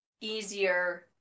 easier